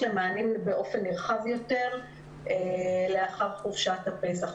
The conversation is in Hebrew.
למענים באופן נרחב יותר לאחר חופשת הפסח.